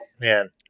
Man